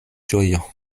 ĝojo